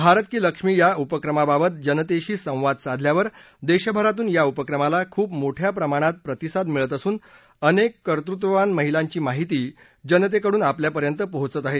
भारत की लक्ष्मी या उपक्रमाबाबत जनतेशी संवाद साधल्यावर देशभरातून या उपक्रमाला खूप मोठ्या प्रमाणात प्रतिसाद मिळत असून अनेक कर्तृत्ववान महिलांची माहिती जनतेकडून आपल्यापर्यंत पोहोचत आहे